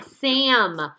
Sam